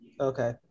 Okay